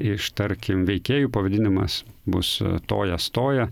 iš tarkim veikėjų pavadinimas bus tojas toja